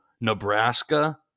nebraska